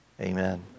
Amen